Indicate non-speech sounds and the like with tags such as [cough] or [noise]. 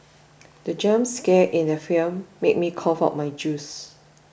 [noise] the jump scare in the film made me cough out my juice